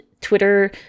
Twitter